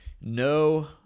No